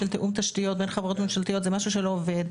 תיאום תשתיות בין חברות ממשלתיות זה משהו שלא עובד,